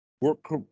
work